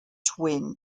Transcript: twin